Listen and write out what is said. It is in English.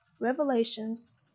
revelations